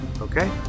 Okay